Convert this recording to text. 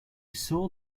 saw